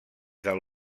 del